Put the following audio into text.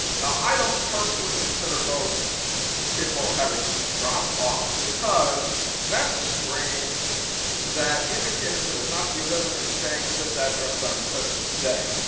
now i don't personally consider those people having dropped off because that's a screen that indicated they would not be living or staying at this address on census day.